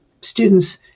students